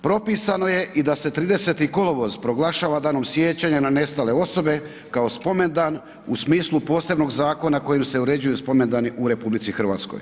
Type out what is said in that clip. Propisano je i da se 30. kolovoz proglašava dan sjećanja na nestale osobe kao spomendan u smislu posebnog zakona kojim se uređuju spomendani u RH.